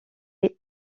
est